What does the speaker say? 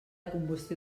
combustió